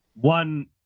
One